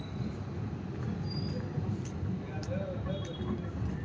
ನನ್ನ ಚಂಡ ಹೂ ಅನ್ನ ನಾನು ಬಡಾನ್ ಅರಳು ಹಾಂಗ ಮಾಡೋದು ಹ್ಯಾಂಗ್?